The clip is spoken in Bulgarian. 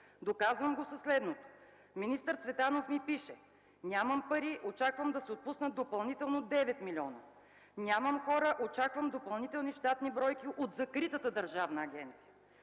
Доказвам го със следното. Министър Цветанов ми пише: „Нямам пари. Очаквам да се отпуснат допълнително 9 млн.лв. Нямам хора. Очаквам допълнителни щатни бройки от закритата държавна агенция”.